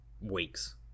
weeks